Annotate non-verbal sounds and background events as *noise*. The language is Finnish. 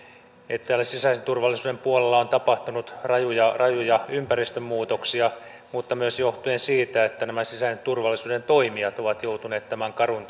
täällä sisäisen turvallisuuden puolella on tapahtunut rajuja rajuja ympäristön muutoksia mutta myös johtuen siitä että nämä sisäisen turvallisuuden toimijat ovat joutuneet tämän karun *unintelligible*